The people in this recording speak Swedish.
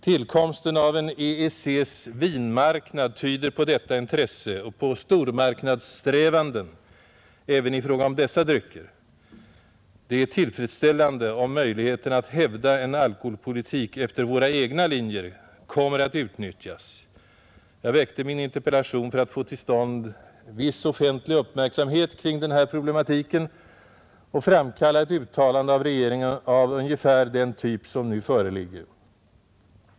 Tillkomsten av en EEC:s vinmarknad tyder på detta intresse och på stormarknadssträvanden även i fråga om dessa drycker. Det är tillfredsställande, om möjligheterna att hävda en alkoholpolitik efter våra egna linjer kommer att utnyttjas. Jag framställde min interpellation för att få till stånd viss offentlig uppmärksamhet kring denna problematik och framkalla ett uttalande av regeringen av ungefär den typ som nu föreligger.